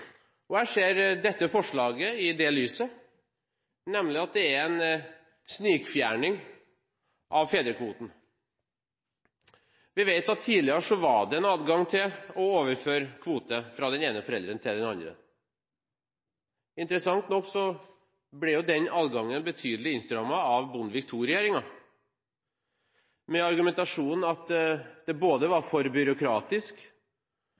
Jeg ser dette forslaget i det lyset, nemlig at det er en snikfjerning av fedrekvoten. Vi vet at det tidligere var en adgang til å overføre kvote fra den ene forelderen til den andre. Interessant nok ble den adgangen betydelig innstrammet av Bondevik II-regjeringen, med den argumentasjonen at den var både